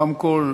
רמקול?